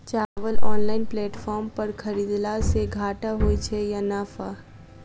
चावल online platform पर खरीदलासे घाटा होइ छै या नफा?